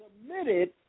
submitted